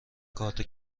کارت